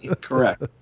Correct